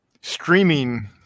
streaming